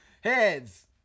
Heads